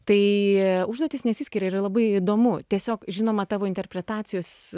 tai užduotys nesiskiria yra labai įdomu tiesiog žinoma tavo interpretacijos